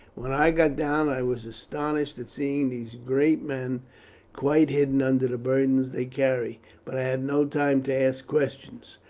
when i got down i was astonished at seeing these great men quite hidden under the burdens they carried, but i had no time to ask questions.